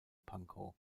pankow